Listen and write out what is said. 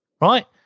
Right